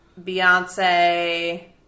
Beyonce